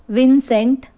vincent